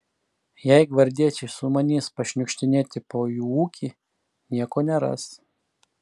jei gvardiečiai sumanys pašniukštinėti po jų ūkį nieko neras